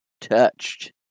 touched